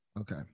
Okay